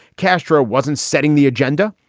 castro wasn't setting the agenda.